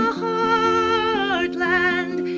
heartland